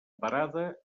parada